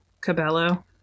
Cabello